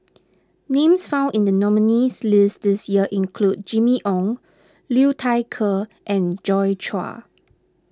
names found in the nominees' list this year include Jimmy Ong Liu Thai Ker and Joi Chua